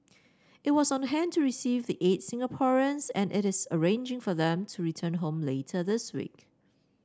it was on hand to receive the eight Singaporeans and it is arranging for them to return home later this week